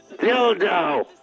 dildo